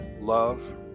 love